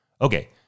Okay